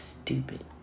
stupid